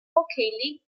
hockey